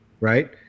right